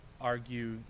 argue